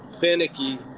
finicky